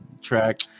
track